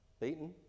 beaten